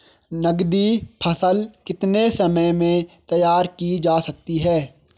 नगदी फसल कितने समय में तैयार की जा सकती है?